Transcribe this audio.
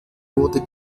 wurde